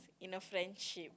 in a friendship